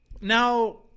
Now